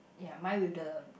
ya mine with the